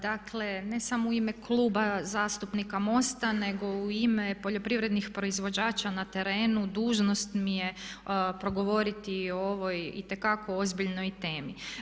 Dakle, ne samo u ime Kluba zastupnika MOST-a nego i u ime poljoprivrednih proizvođača na terenu dužnost mi je progovoriti i o ovoj itekako ozbiljnoj temi.